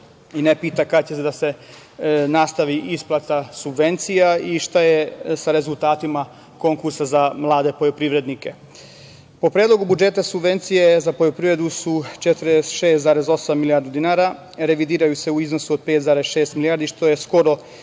i ne pita kada će da se nastavi isplata subvencija i šta je sa rezultatima konkursa za mlade poljoprivrednike. Po Predlogu budžeta, subvencije za poljoprivredu su 46,8 milijardi dinara, revidiraju se u iznosu od 5,6 milijardi, što je skoro više od